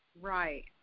Right